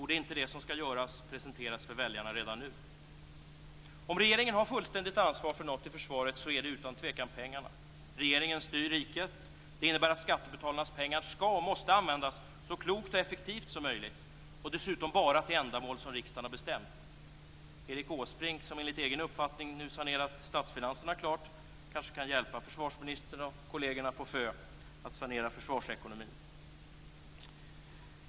Borde inte det som skall göras presenteras för väljarna redan nu? Om regeringen har fullständigt ansvar för något i försvaret så är det utan tvekan pengarna. Regeringen styr riket, och det innebär att skattebetalarnas pengar skall och måste användas så klokt och effektivt som möjligt och dessutom bara till ändamål som riksdagen har bestämt. Erik Åsbrink, som enligt egen uppfattning nu har sanerat färdigt statsfinanserna, kanske kan hjälpa försvarsministern och kollegerna på Fö att sanera försvarsekonomin.